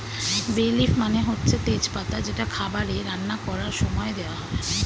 বে লিফ মানে হচ্ছে তেজ পাতা যেটা খাবারে রান্না করার সময়ে দেওয়া হয়